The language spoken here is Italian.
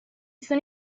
sono